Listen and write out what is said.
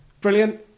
brilliant